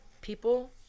people